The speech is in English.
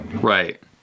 right